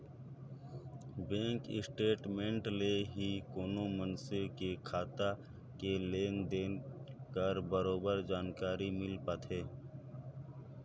bank statement ले ही कोनो मइनसे के खाता के लेन देन कर बरोबर जानकारी मिल पाथे